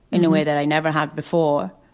in a way that i never had before.